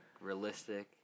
realistic